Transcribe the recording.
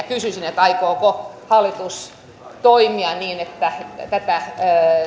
kysyisin aikooko hallitus toimia niin että tätä